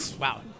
Wow